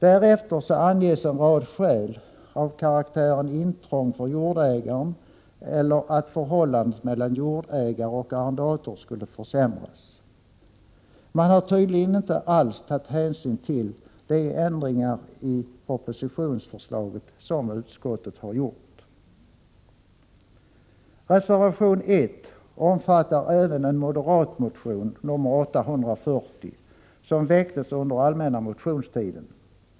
Därefter anges en rad skäl av karaktären att det skulle kunna förekomma intrång för jordägaren eller att förhållandet mellan jordägaren och arrendatorer skulle försämras. Man har tydligen inte alls tagit hänsyn till de ändringar i propositionsförslaget som utskottet gjort. Reservation 1 omfattar även en moderatmotion, 840, som väcktes under allmänna motionstiden.